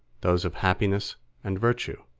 those of happiness and virtue.